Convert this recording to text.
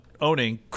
owning